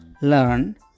learn